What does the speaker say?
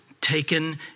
taken